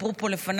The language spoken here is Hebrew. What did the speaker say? דיברו פה לפניי,